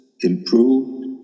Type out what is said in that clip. improved